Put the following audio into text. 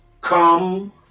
Come